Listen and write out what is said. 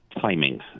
timing